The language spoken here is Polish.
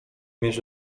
mieć